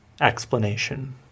Explanation